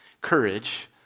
Courage